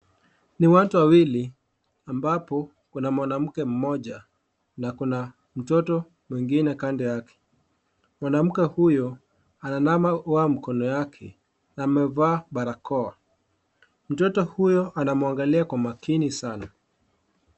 Watu wawili ambapo kuna mwanamke mmoja na kuna mtoto mwingine kando yake, mwanamke huyo ananawa mikono yake na amevaa barakoa, mtoto huyo anamwangalia kwa makini sana.